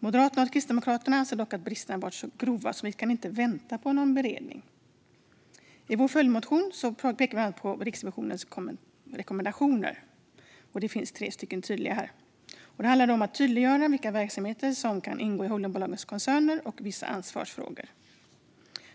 Moderaterna och Kristdemokraterna anser dock att bristerna är så grava att vi inte kan vänta på en beredning. I vår följdmotion pekar vi bland annat på Riksrevisionens tre tydliga rekommendationer. Det handlar om att tydliggöra vilka verksamheter som kan inga° i holdingbolagens koncerner och vissa ansvarsfrågor.